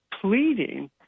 pleading